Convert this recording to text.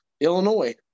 Illinois